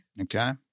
Okay